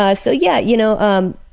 ah so yeah, you know, um